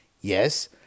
Yes